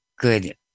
good